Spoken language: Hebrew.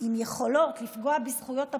עם יכולות לפגוע בזכויות הפרט,